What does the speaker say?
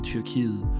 Tyrkiet